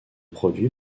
produit